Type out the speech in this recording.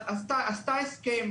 עשתה הסכם.